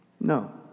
No